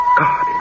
God